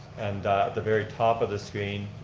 and at the very top of the screen,